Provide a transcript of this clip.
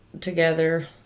together